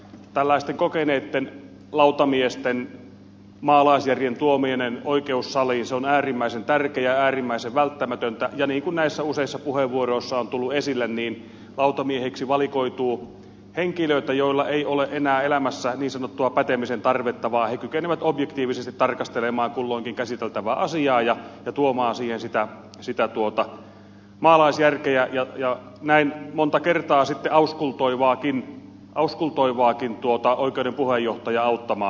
tällaisten kokeneitten lautamiesten maalaisjärjen tuominen oikeussaliin on äärimmäisen tärkeää ja äärimmäisen välttämätöntä ja niin kuin näissä useissa puheenvuoroissa on tullut esille lautamieheksi valikoituu henkilöitä joilla ei ole enää elämässä niin sanottua pätemisen tarvetta vaan he kykenevät objektiivisesti tarkastelemaan kulloinkin käsiteltävää asiaa ja tuomaan siihen sitä maalaisjärkeä ja näin monta kertaa auskultoivaakin oikeuden puheenjohtajaa auttamaan